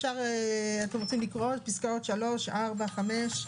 אתם רוצים לקרוא פסקאות (3), (4), (5),